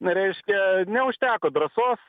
na reiškia neužteko drąsos